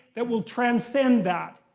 that will transcend that.